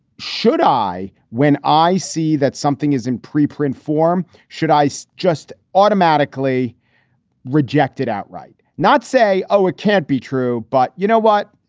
should i when i see that something is in preprint form, should i just automatically reject it outright, not say, oh, it can't be true. but you know what?